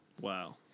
Wow